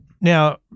Now